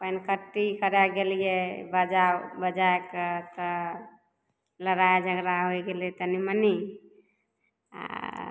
पनिकट्टी करै गेलिए बाजा बजैके तऽ लड़ाइ झगड़ा होइ गेलै तनि मनि आओर